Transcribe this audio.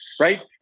right